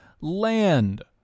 land